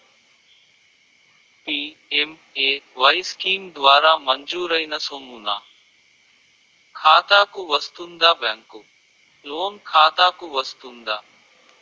PMAY scheme ద్వారా మంజూరైన సొమ్ము నా ఖాతా కు వస్తుందాబ్యాంకు లోన్ ఖాతాకు వస్తుందా?